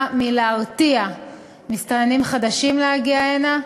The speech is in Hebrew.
כדי להרתיע מסתננים חדשים מלהגיע הנה.